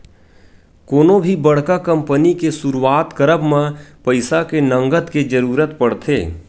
कोनो भी बड़का कंपनी के सुरुवात करब म पइसा के नँगत के जरुरत पड़थे